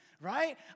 right